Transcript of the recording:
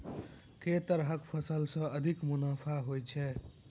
केँ तरहक फसल सऽ अधिक मुनाफा होइ छै?